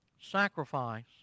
Sacrifice